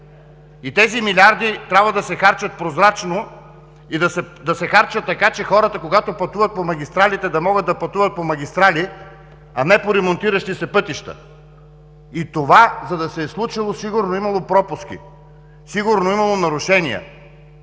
Тези милиарди трябва да се харчат прозрачно, да се харчат така, че хората, когато пътуват по магистралите, да могат да пътуват по магистрали, а не по ремонтиращи се пътища. За да се е случило това, сигурно е имало пропуски, сигурно е имало нарушения!